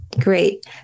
Great